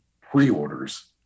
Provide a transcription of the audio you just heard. pre-orders